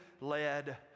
led